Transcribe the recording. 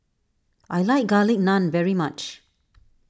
I like Garlic Naan very much